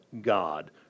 God